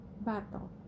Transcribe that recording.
battle